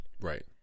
Right